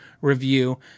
review